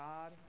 God